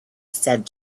said